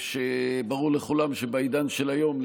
ברור לכולם שבעידן של היום,